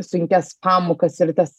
sunkias pamokas ir tas